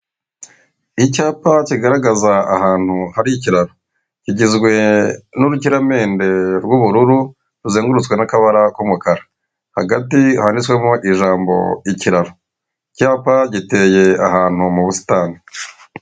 Icyapa kigaragaza ahantu hari ikiraro. Kigizwe n'urukiramende rw'ubururu, ruzengurutswe n'akabara k'umukara. Hagati handitswemo ijambo ikiraro. Icyapa giteye ahantu mu busitani.